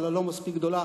אבל הלא-מספיק גדולה,